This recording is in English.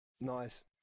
nice